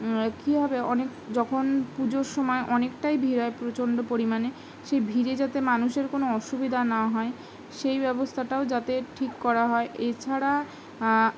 কী হবে অনেক যখন পুজোর সময় অনেকটাই ভিড় হয় প্রচণ্ড পরিমাণে সেই ভিড়ে যাতে মানুষের কোনো অসুবিধা না হয় সেই ব্যবস্থাটাও যাতে ঠিক করা হয় এছাড়া